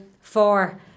four